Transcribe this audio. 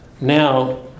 Now